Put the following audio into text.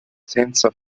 senza